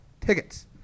tickets